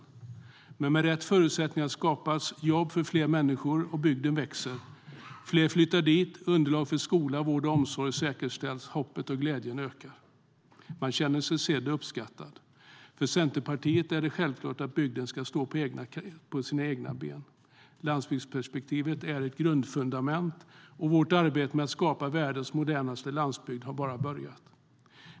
Med rätt förutsättningar skapas jobb för fler människor, och bygden växer. Fler flyttar dit, och underlag för skola, vård och omsorg säkerställs. Hoppet och glädjen ökar. Man känner sig sedd och uppskattad. För Centerpartiet är det självklart att landsbygden ska stå på egna ben. Landsbygdsperspektivet är ett grundfundament, och vårt arbete med att skapa världens modernaste landsbygd har bara börjat.